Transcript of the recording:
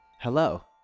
Hello